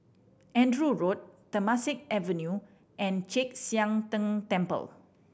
Andrew Road Temasek Avenue and Chek Sian Tng Temple